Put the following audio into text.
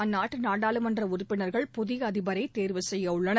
அந்நாட்டுநாடாளுமன்றஉறுப்பினர்கள் புதியஅதிபரைதேர்வு செய்யவுள்ளனர்